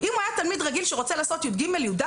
אם הוא היה תלמיד רגיל שרוצה לעשות י"ג-י"ד,